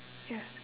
ya